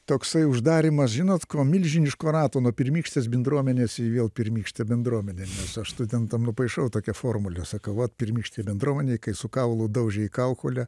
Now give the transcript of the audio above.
toksai uždarymas žinot ko milžiniško rato nuo pirmykštės bendruomenės į vėl pirmykštę bendruomenę aš studentam nupaišau tokią formulę aš sakau vat pirmykštėj bendruomenėj kai su kaulu daužė į kaukolę